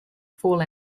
fall